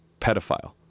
pedophile